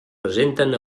presenten